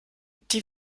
die